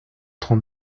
trente